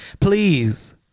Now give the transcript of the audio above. Please